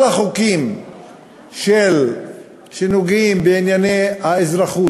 כל החוקים שנוגעים בענייני האזרחות